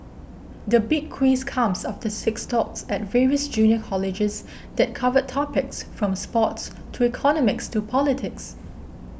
the Big Quiz comes after six talks at various junior colleges that covered topics from sports to economics to politics